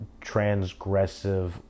transgressive